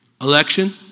election